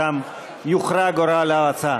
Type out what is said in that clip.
ושם יוכרע גורל ההצעה.